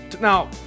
now